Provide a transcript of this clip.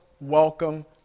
welcome